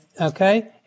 Okay